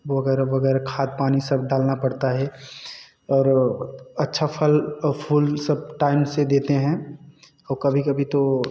वगैरह वगैरह खाद पानी सब डालना पड़ता है और अच्छा फल फूल सब टाइम से देते हैं और कभी कभी तो